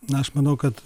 na aš manau kad